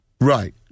Right